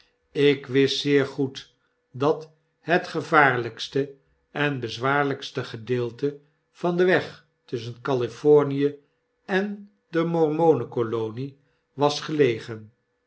ik wist zeer goed dat het gevaarlykst en bezwaarlykst gedeelte van den weg tusschen cafe en de mormonen-kolonie was gelegen